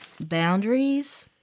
boundaries